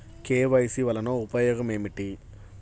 KYC వలన ఉపయోగం ఏమిటీ?